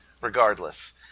Regardless